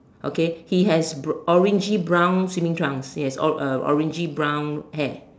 okay he has br~ orange brown swimming trunks yes or~ uh orangey brown hair